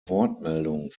wortmeldung